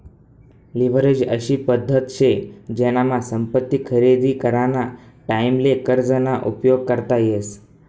leverage अशी पद्धत शे जेनामा संपत्ती खरेदी कराना टाईमले कर्ज ना उपयोग करता येस